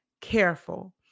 careful